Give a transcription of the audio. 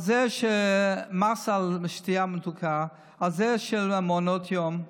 על מס על שתייה מתוקה, על מעונות יום?